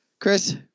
Chris